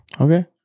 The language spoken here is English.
Okay